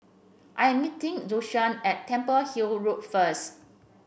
I am meeting Joshuah at Temple Hill Road first